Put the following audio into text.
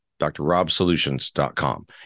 drrobsolutions.com